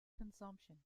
consumption